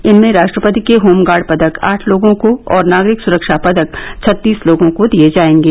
इनमें राष्ट्रपति के होमगार्ड पदक आठ लोगों को और नागरिक सुरक्षा पदक छत्तीस लोगों को दिये जाएंगे